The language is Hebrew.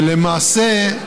למעשה,